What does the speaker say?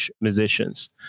musicians